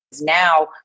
now